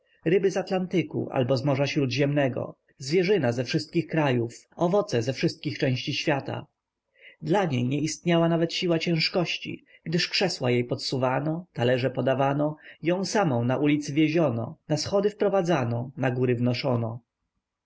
ryby z atlantyku albo z morza śródziemnego zwierzyna ze wszystkich krajów owoce ze wszystkich części świata dla niej nie istniała nawet siła ciężkości gdyż krzesła jej podsuwano talerze podawano ją samą na ulicy wieziono na schody wprowadzano na góry wnoszono